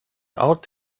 out